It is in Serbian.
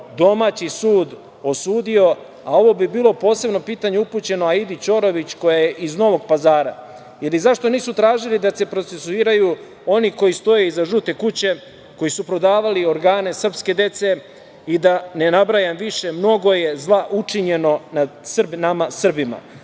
domaći sud osudio, a ovo bi bilo posebno pitanje upućeno Aidi Ćorović koja je iz Novog Pazara. Zašto nisu tražili da se procesuiraju oni koji stoje iza žute kuće, koji su prodavali organe srpske dece i da ne nabrajam više? Mnogo je zla učinjeno nad Srbima.